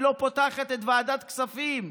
היא לא פותחת את ועדת כספים.